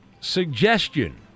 suggestion